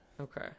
Okay